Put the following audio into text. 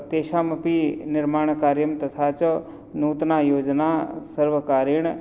तेषामपि निर्माणकार्यं तथा च नूतना योजना सर्वकारेण